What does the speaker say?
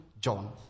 John